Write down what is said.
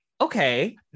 okay